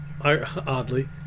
oddly